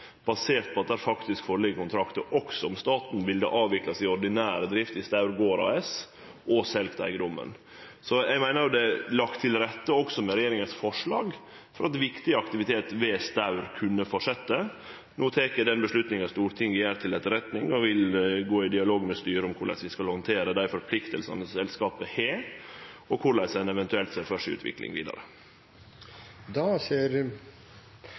basert på at det faktisk ligg føre kontraktar, også om staten hadde avvikla si ordinære drift ved Staur gård AS og selt eigedomen. Så eg meiner at det også med regjeringas forslag er lagt til rette for at viktig aktivitet ved Staur kunne fortsetje. No tek eg den avgjerda som Stortinget tek, til etterretning, og vil gå i dialog med styret om korleis vi skal handtere dei forpliktingane selskapet har, og korleis ein eventuelt ser